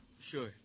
Sure